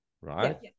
Right